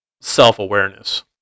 self-awareness